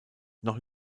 noch